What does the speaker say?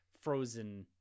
Frozen